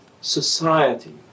society